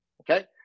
Okay